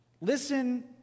Listen